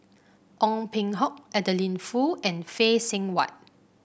Ong Peng Hock Adeline Foo and Phay Seng Whatt